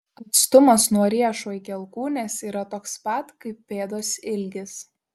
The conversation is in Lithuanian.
atstumas nuo riešo iki alkūnės yra toks pat kaip pėdos ilgis